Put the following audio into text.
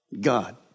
God